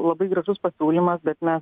labai drąsus pasiūlymas bet mes